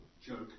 joke